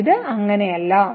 എന്നാൽ ഇത് അങ്ങനെയല്ല